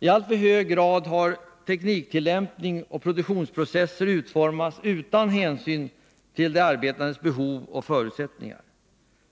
I alltför hög grad har tekniktillämpning och produktionsprocesser utformats utan hänsyn till de arbetandes behov och förutsättningar.